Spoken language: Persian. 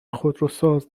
خودروساز